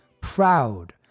proud